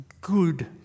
good